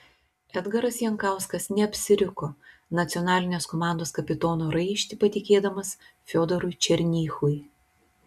edgaras jankauskas neapsiriko nacionalinės komandos kapitono raištį patikėdamas fiodorui černychui